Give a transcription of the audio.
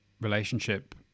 relationship